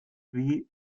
wie